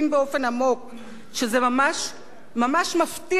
שזה ממש ממש מפתיע לאיש צבא כמותו,